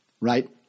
right